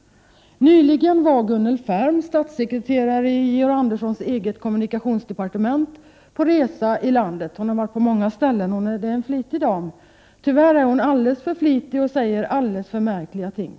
Pegister Nyligen var Gunnel Färm, statssekreterare i kommunikationsminister Georg Anderssons eget departement, på resa i landet. Hon är en flitig dam, som varit på många ställen. Tyvärr är hon alldeles för flitig och säger alldeles för märkliga ting.